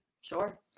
Sure